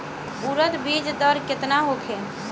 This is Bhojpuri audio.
उरद बीज दर केतना होखे?